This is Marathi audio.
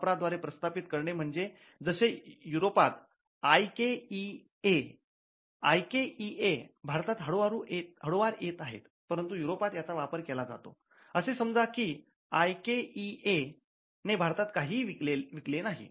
वापरा द्वारे प्रस्थापित करणे म्हणजे जसे युरोपात आय के ई ए ने भारतात काहीही विकले नाही